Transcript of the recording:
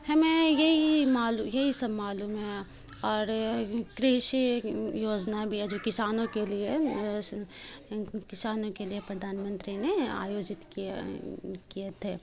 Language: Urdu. ہمیں یہی یہی سب معلوم ہے اور کریشی یوجنا بھی ہے جو کسانوں کے لیے کسانوں کے لیے پردھان منتری نے آیوجت کیا کیے تھے